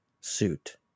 suit